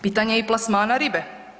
Pitanje je i plasmana ribe.